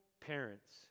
parents